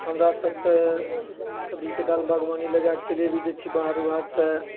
हमरासब तऽ कभी कदाल बागवानी लगाए कऽ चलि भी जाइत छियै बाहर वहार तऽ